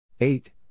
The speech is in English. Eight